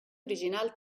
original